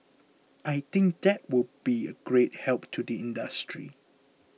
I think that will be a great help to the industry